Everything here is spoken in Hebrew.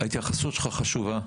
ההתייחסות שלך חשובה,